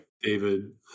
David